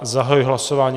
Zahajuji hlasování.